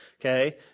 Okay